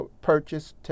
purchase